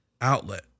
outlet